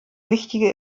wichtige